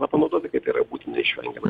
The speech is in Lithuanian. na panaudoti kai tai yra būtina neišvengiama